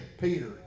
Peter